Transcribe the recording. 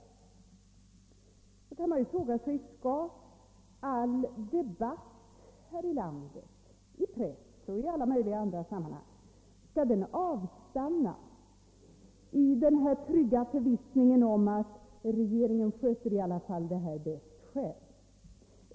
Man kan fråga sig: Skall all debatt här i landet, i press och i alla möjliga andra sammanhang, avstanna i den trygga förvissningen om att regeringen i alla fall sköter saken bäst själv?